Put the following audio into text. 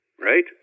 Right